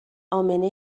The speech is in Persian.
امنه